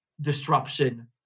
disruption